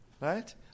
Right